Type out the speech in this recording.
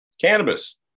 Cannabis